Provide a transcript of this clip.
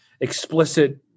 explicit